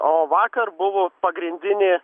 o vakar buvo pagrindinė